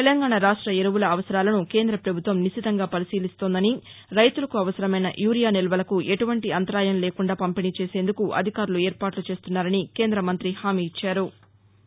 తెలంగాణా రాష్ట్ర ఎరుపుల అవసరాలను కేంద్ర పభుత్వం నిశితంగా పరిశీలిస్తోందని రైతులకు అవసరమైన యూరియా నిల్వలకు ఎటువంటి అంతరాయం లేకుండా పంపిణీ చేసేందుకు అధికారులు ఏర్పాట్లు చేస్తున్నారని కేంద మంతి హామీ ఇచ్చారు